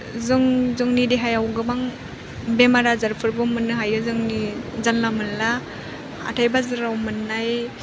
जों जोंनि देहायाव गोबां बेमार आजारफोरबाे मोननो हायो जोंनि जानला मोनला हाथाइ बाजाराव मोननाय